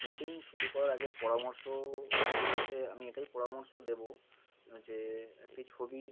painting শুরু করার আগে পরামর্শ বলতে আমি এটাই পরামর্শ দেব যে একটি ছবির